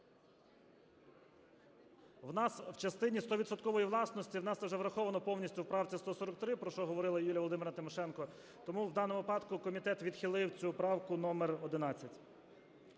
У нас в частині 100-відсоткової власності у нас теж враховано повністю в правці 143, про що говорила Юлія Володимирівна Тимошенко, тому в даному випадку комітет відхилив цю правку № 11.